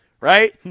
right